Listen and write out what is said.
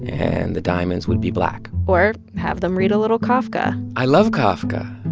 and the diamonds would be black or have them read a little kafka i love kafka,